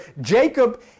Jacob